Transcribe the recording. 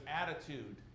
attitude